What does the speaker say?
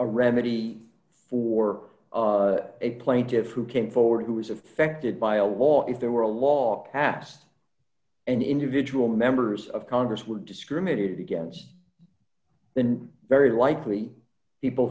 a remedy for a plaintiffs who came forward who was of affected by a law if there were a law passed and individual members of congress were discriminated against then very likely people